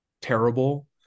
terrible